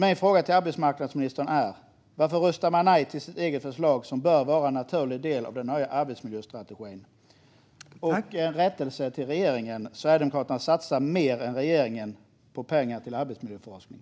Min fråga till arbetsmarknadsministern är: Varför röstar man nej till sitt eget förslag, som bör vara en naturlig del av den nya arbetsmiljöstrategin? Jag har också en rättelse till regeringen: Sverigedemokraterna satsar mer pengar än regeringen på arbetsmiljöforskning.